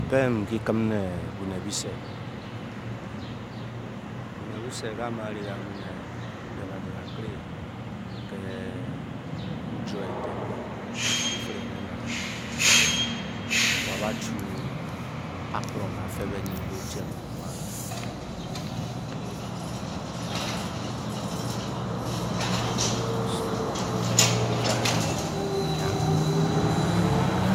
Ñ pém kikim né bunē byise ka mu ne ing kan bu‘nen be’ banet bakere bujo eten ketere nena’ wa’ ba chu akōrōng bafe ké o’tyme ati kwa, osowo mu o’k āā banet eyare-o